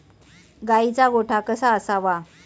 गाईचा गोठा कसा असावा?